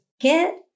get